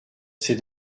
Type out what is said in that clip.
s’est